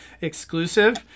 exclusive